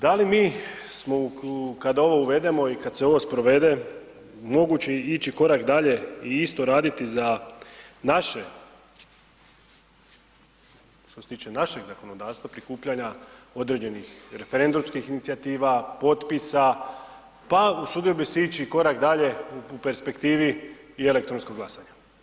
Da li mi smo kad ovo uvedemo i kad se ovo sprovede, moguće ići korak dalje i isto raditi za naše, što se tiče našeg zakonodavstva, prikupljanja određenih referendumskih inicijativa, potpisa pa usudio bi se ići korak dalje u perspektivi, i elektronsko glasanje?